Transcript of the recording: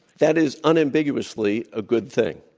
that is unambiguously a good thing.